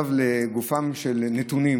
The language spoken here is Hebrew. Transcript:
לגופם של הנתונים,